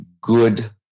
good